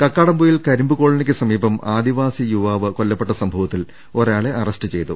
കക്കാടംപൊയിൽ കരിമ്പ്കോളനിക്ക് സമീപം ആദിവാസി യുവാവ് കൊല്ലപ്പെട്ട സംഭവത്തിൽ ഒരാളെ അറസ്റ്റ് ചെയ്തു